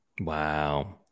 Wow